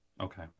Okay